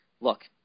look